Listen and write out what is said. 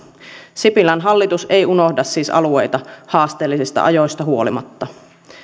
sipilän hallitus ei siis unohda alueita haasteellisista ajoista huolimatta